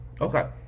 Okay